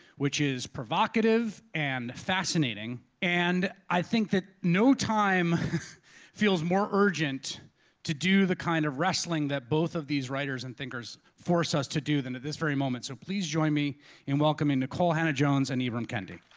which is provocative and fascinating. and i think that no time feels more urgent to do the kind of wrestling that both of these writers and thinkers force us to do than in this very moment. so please join me in welcoming nikole hannah-jones and ibram kendi.